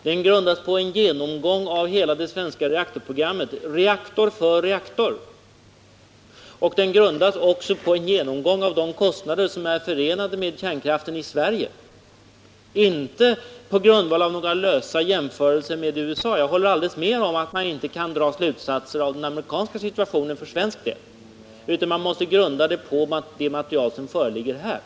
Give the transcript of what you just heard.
Den grundar sig på en genomgång av hela det svenska reaktorprogrammet, reaktor för reaktor, och de kostnader som är förenade med kärnkraften i Sverige — inte på några lösa jämförelser med USA. Jag håller helt med om att man inte kan dra några slutsatser av den amerikanska situationen för svenskt vidkommande, utan man måste grunda dem på det material som föreligger här.